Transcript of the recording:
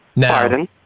Pardon